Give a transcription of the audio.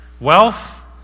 wealth